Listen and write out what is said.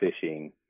fishing